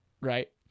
Right